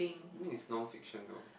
I think it's non fiction though